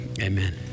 amen